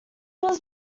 was